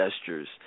gestures